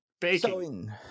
baking